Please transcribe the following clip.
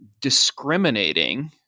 discriminating